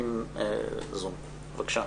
בבקשה.